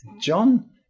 John